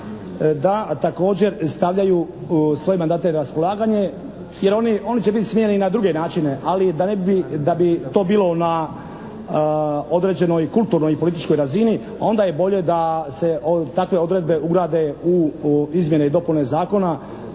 da također stavljaju svoje mandate na raspolaganje jer oni će biti smijenjeni i na druge načine, ali da bi to bilo na određenoj kulturnoj i političkoj razini onda je bolje da se takve odredbe ugrade u izmjene i dopune zakona